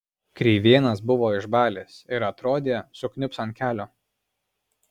kreivėnas buvo išbalęs ir atrodė sukniubs ant kelio